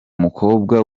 mukobwa